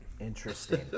Interesting